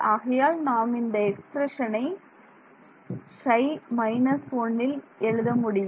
ஆகையால் நாம் இந்த எக்ஸ்பிரஷன் ஐ Ψn−1ல் எழுதமுடியும்